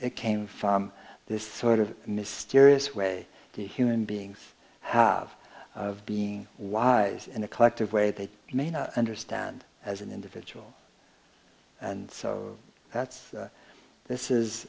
it came from this sort of mysterious way the human beings have being wise in a collective way they may not understand as an individual and so that's this is